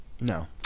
No